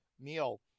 meal